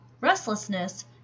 restlessness